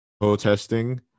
protesting